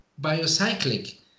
biocyclic